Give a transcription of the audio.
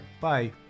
Bye